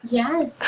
yes